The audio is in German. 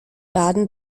baden